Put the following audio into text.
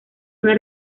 una